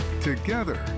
together